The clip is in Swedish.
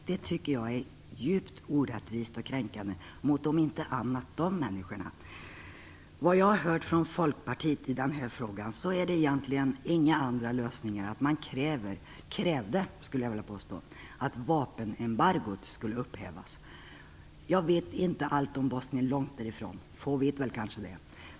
Det tycker jag är djupt orättvist och kränkande mot om inte annat de människorna. Det jag har hört från Folkpartiet i den här frågan är egentligen inga andra lösningar än att man krävde att vapenembargot skulle upphävas. Jag vet inte allt om Bosnien, långt därifrån. Få vet kanske det.